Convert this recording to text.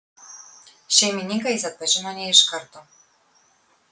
šeimininką jis atpažino ne iš karto